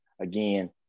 again